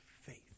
faith